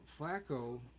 Flacco